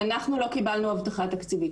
אנחנו לא קיבלנו הבטחה תקציבית.